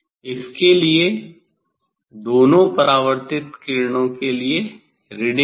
इसके लिए दोनों परावर्तित किरणें के लिए रीडिंग लें